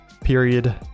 period